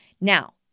Now